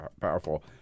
powerful